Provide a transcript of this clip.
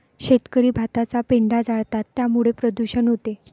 शेतकरी भाताचा पेंढा जाळतात त्यामुळे प्रदूषण होते